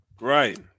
Right